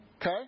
Okay